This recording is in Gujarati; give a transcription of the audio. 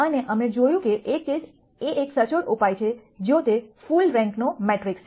અને અમે જોયું કે એક કેસ એ એક સચોટ ઉપાય છે જો તે ફુલ રેન્કનો મેટ્રિક્સ છે